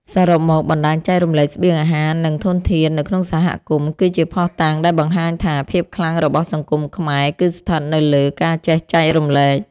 សរុបមក បណ្ដាញចែករំលែកស្បៀងអាហារ និងធនធាននៅក្នុងសហគមន៍ គឺជាភស្តុតាងដែលបង្ហាញថា ភាពខ្លាំងរបស់សង្គមខ្មែរគឺស្ថិតនៅលើ ការចេះចែករំលែក ។